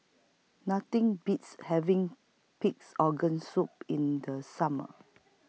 Nothing Beats having Pig'S Organ Soup in The Summer